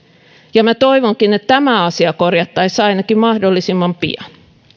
ja toivonkin että ainakin tämä asia korjattaisiin mahdollisimman pian